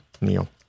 Neil